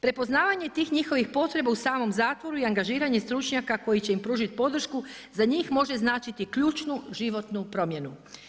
Prepoznavanje tih njihovih potreba u samom zatvoru i angažiranje stručnjaka koji će im pružiti podršku za njih može značiti ključnu životnu promjenu.